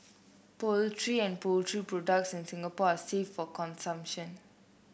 poultry and poultry products in Singapore are safe for consumption